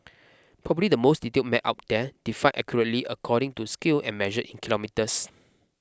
probably the most detailed map up there defined accurately according to scale and measured in kilometres